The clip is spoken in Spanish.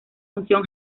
función